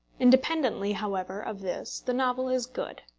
independently, however, of this the novel is good.